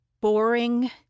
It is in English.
boring